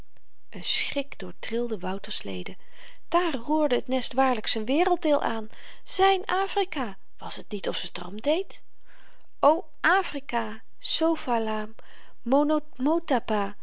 een schrik doortrilde wouters leden daar roerde t nest waarlyk z'n werelddeel aan zyn afrika was t niet of ze t er om deed o afrika